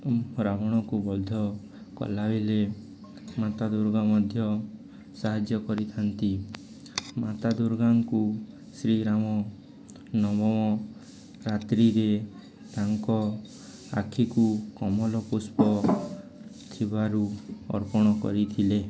ରବଣକୁ ବଧ କଲାବେଳେ ମାତା ଦୁର୍ଗା ମଧ୍ୟ ସାହାଯ୍ୟ କରିଥାନ୍ତି ମାତା ଦୁର୍ଗାଙ୍କୁ ଶ୍ରୀରାମ ନବମ ରାତ୍ରିରେ ତାଙ୍କ ଆଖିକୁ କମଳ ପୁଷ୍ପ ଥିବାରୁ ଅର୍ପଣ କରିଥିଲେ